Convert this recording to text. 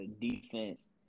defense –